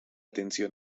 tensión